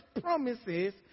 promises